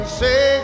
say